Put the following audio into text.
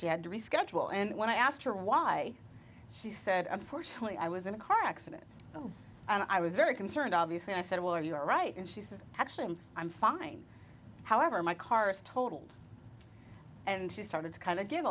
she had to reschedule and when i asked her why she said unfortunately i was in a car accident and i was very concerned obviously i said well you're right and she says actually i'm fine however my car is totaled and she started to kind